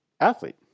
athlete